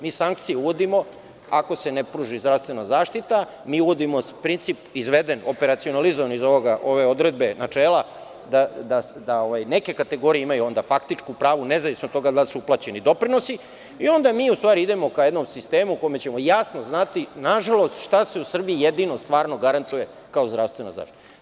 Mi sankcije uvodimo ako se ne pruži zdravstvena zaštita, mi uvodimo princip izveden, operacionalizovan iz ove odredbe, načela, da neke kategorije imaju onda faktičko pravo nezavisno od toga da li su uplaćeni doprinosi i onda mi, u stvari, idemo ka jednom sistemu u kome ćemo jasno znati, nažalost, šta se u Srbiji jedino stvarno garantuje kao zdravstvena zaštita.